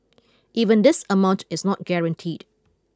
even this amount is not guaranteed